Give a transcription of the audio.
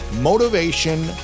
Motivation